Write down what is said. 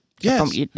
Yes